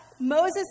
Moses